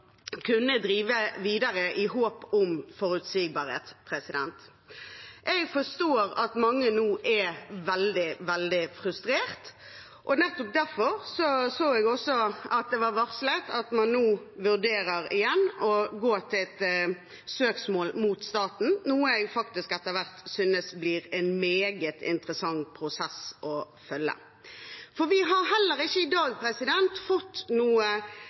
kunne drive videre i håp om forutsigbarhet. Jeg forstår at mange nå er veldig frustrert, og nettopp derfor så jeg også det var varslet at man nå igjen vurderer å gå til søksmål mot staten, noe jeg faktisk etter hvert synes blir en meget interessant prosess å følge. Vi har heller ikke i dag fått